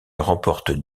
remporte